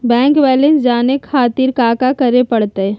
Bank balance जाने खातिर काका करे पड़तई?